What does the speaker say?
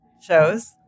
shows